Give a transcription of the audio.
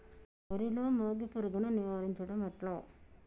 వరిలో మోగి పురుగును నివారించడం ఎట్లా?